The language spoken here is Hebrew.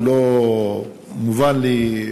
היא לא מובנת לי,